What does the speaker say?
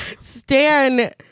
Stan